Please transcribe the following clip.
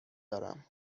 دارم